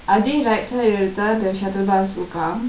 அதே:athe right side எடுத்தா:eduthaa the shuttle bus will come